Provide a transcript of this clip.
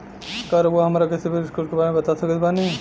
का रउआ हमरा के सिबिल स्कोर के बारे में बता सकत बानी?